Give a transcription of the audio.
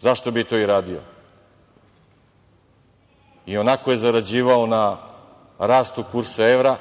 Zašto bi to i radio, ionako je zarađivao na rastu kursa evra,